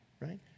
right